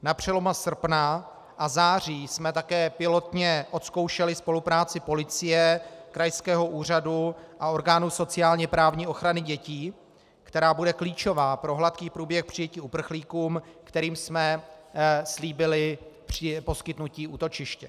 Na přelomu srpna a září jsme také pilotně odzkoušeli spolupráci policie, krajského úřadu a orgánu sociálněprávní ochrany dětí, která bude klíčová pro hladký průběh přijetí uprchlíků, kterým jsme slíbili poskytnutí útočiště.